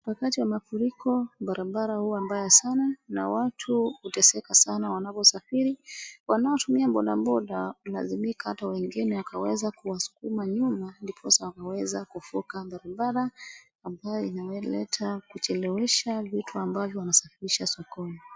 Wakati wa mafuriko barabara huwa mbaya sana. Na watu huteseka sana wanaposafiri wanao tumia bodaboda wanazimika na hata wengine wakaweza kuwasukuma nyuma ndiposa wanaweza kuvuka barabara ambayo inayoleta kuchelewesha vitu ambavyo wanasafirisha sokoni.